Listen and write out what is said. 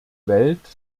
welt